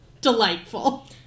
delightful